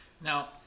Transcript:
now